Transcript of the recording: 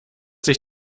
sich